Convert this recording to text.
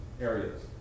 areas